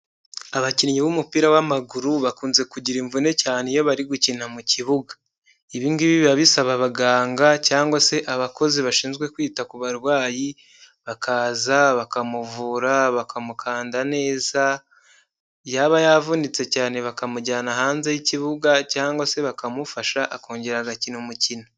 Abakinnyi b'umupira w'amaguru bakunze kugira imvune cyane iyo bari gukina mu kibuga, ibi ngibi biba bisaba abaganga cyangwa se abakozi bashinzwe kwita ku barwayi bakaza bakamuvura bakamukanda neza, yaba yavunitse cyane bakamujyana hanze y'ikibuga cyangwa se bakamufasha akongera agakina umukino.